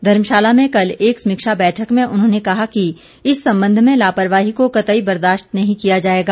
धर्मशाला में कल एक समीक्षा बैठक में उन्होंने कहा कि इस संबंध में लापरवाही को कतई बर्दाश्त नहीं किया जाएगा